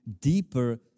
deeper